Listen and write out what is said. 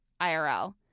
IRL